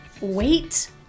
wait